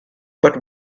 but